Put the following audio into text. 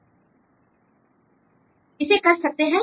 इसे कैसे कर सकते हैं